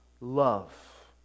love